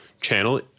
channel